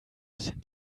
sind